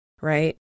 right